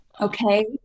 Okay